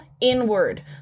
inward